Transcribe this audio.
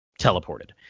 teleported